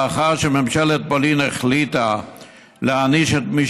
לאחר שממשלת פולין החליטה להעניש את מי